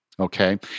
Okay